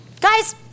guys